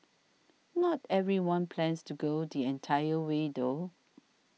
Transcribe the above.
not everyone plans to go the entire way though